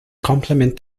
complement